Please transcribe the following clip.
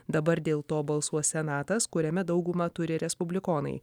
dabar dėl to balsuos senatas kuriame daugumą turi respublikonai